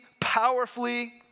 powerfully